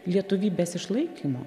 lietuvybės išlaikymo